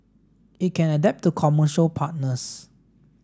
it can adapt to commercial partners